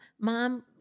Mom